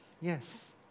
yes